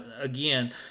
again